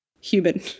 human